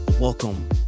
welcome